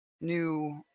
new